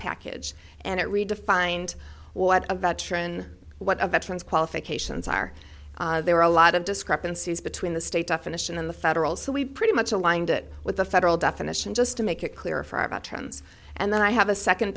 package and it redefined what a veteran what of veterans qualifications are there are a lot of discrepancies between the state definition and the federal so we pretty much aligned it with the federal definition just to make it clearer about trends and then i have a second